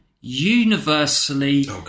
universally